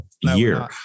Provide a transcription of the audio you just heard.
year